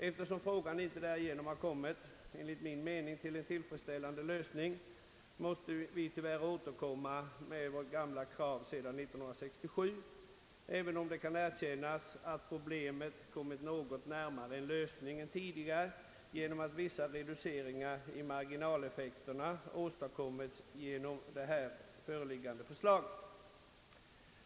Eftersom frågan därigenom enligt min mening inte kommit till en tillfredsställande lösning, måste vi tyvärr återkomma med vårt sedan 1967 framförda krav — även om det kan erkännas att problemet kommit nå got närmare en lösning än tidigare tack vare att vissa reduceringar av marginaleffekterna åstadkommits genom det föreliggande förslaget.